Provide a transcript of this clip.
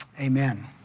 amen